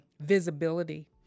visibility